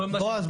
בועז,